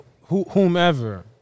Whomever